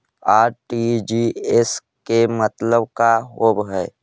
RTGS के मतलब का होव हई?